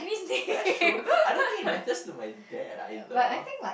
that's true I don't think it matters to my dad either